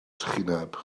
trychineb